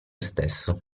stesso